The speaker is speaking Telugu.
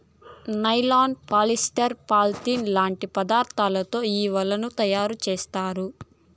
నైలాన్, పాలిస్టర్, పాలిథిలిన్ లాంటి పదార్థాలతో ఈ వలలను తయారుచేత్తారు